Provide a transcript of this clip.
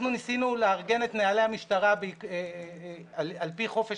אנחנו ניסינו לארגן את נהלי המשטרה על פי חופש